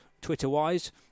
Twitter-wise